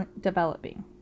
developing